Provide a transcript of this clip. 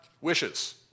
wishes